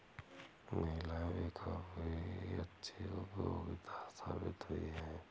महिलाएं भी काफी अच्छी उद्योगपति साबित हुई हैं